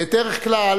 בדרך כלל,